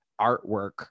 artwork